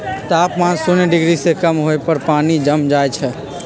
तापमान शुन्य डिग्री से कम होय पर पानी जम जाइ छइ